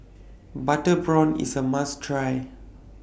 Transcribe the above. Butter Prawn IS A must Try